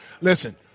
Listen